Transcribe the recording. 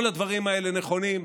כל הדברים האלה נכונים.